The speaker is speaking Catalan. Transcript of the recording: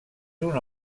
una